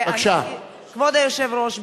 כבוד היושב-ראש,